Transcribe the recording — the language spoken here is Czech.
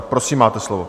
Prosím, máte slovo.